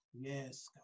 Yes